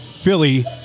Philly